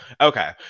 okay